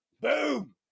Boom